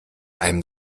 einem